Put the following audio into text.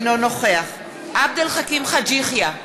אינו נוכח עבד אל חכים חאג' יחיא,